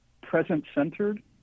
present-centered